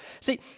See